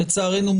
לצערנו,